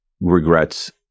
regrets